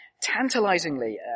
Tantalizingly